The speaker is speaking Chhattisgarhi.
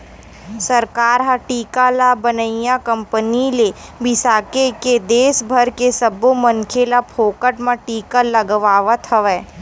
सरकार ह टीका ल बनइया कंपनी ले बिसाके के देस भर के सब्बो मनखे ल फोकट म टीका लगवावत हवय